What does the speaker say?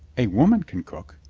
a woman can cook.